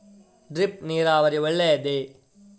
Drip ನೀರಾವರಿ ಒಳ್ಳೆಯದೇ?